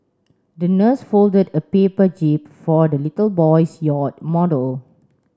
the nurse folded a paper jib for the little boy's yacht model